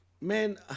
man